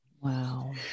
wow